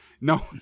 No